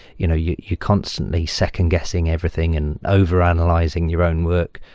you know you you constantly second-guessing everything and overanalyzing your own work.